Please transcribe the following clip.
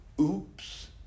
oops